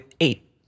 eight